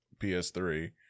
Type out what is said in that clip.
PS3